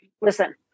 listen